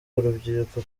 urubyiruko